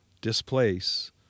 displace